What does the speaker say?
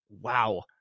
wow